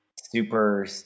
super